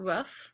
Rough